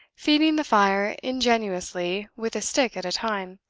feeding the fire ingeniously with a stick at a time.